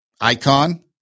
icon